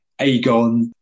Aegon